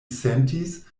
sentis